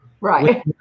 right